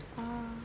ah